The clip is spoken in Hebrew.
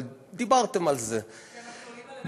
אבל דיברתם על זה, ביצעתי.